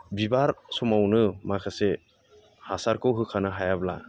बिबार समावनो माखासे हासारखौ होखानो हायाब्ला